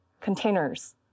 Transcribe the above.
Containers